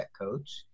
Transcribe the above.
coach